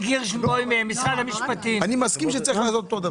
אני סמכים שצריך לעשות אותו הדבר.